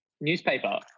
newspaper